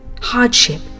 hardship